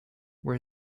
where